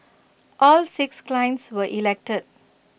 all six clients were elected